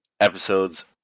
episodes